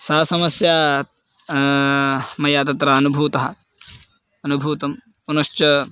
सा समस्या मया तत्र अनुभूता अनुभूता पुनश्च